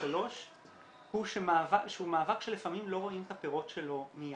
ה-5.3 הוא שהוא מאבק שלפעמים לא רואים את הפירות שלו מיד,